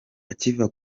akiva